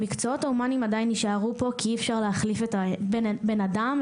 המקצועות ההומניים עדיין יישארו פה כי אי אפשר להחליף בן אדם,